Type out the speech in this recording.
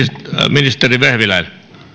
ministeri vehviläinen